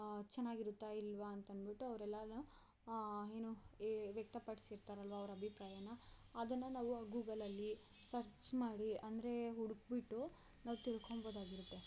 ಚೆನ್ನಾಗಿರುತ್ತಾ ಇಲ್ವಾ ಅಂತಂದ್ಬಿಟ್ಟು ಅವ್ರೆಲ್ಲಾನ ಏನು ವ್ಯಕ್ತಪಡಿಸಿರ್ತಾರಲ್ವಾ ಅವರ ಅಭಿಪ್ರಾಯನ ಅದನ್ನು ನಾವು ಗೂಗಲಲ್ಲಿ ಸರ್ಚ್ ಮಾಡಿ ಅಂದರೆ ಹುಡುಕಿಬಿಟ್ಟು ನಾವು ತಿಳ್ಕೊಬೋದಾಗಿರುತ್ತೆ